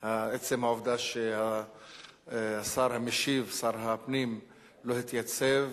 את עצם העובדה שהשר המשיב, שר הפנים, לא התייצב.